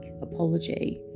apology